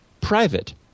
Private